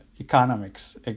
economics